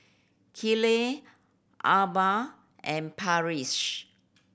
Keeley Arba and Parrish